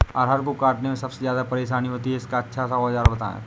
अरहर को काटने में सबसे ज्यादा परेशानी होती है इसका अच्छा सा औजार बताएं?